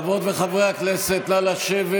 חברות וחברי הכנסת, נא לשבת